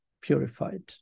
purified